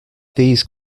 these